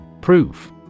Proof